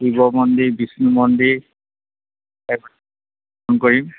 শিৱ মন্দিৰ বিষ্ণু মন্দিৰ ফোন কৰিম